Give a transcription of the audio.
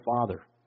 Father